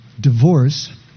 divorce